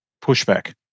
pushback